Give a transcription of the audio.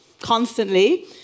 constantly